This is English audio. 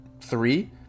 three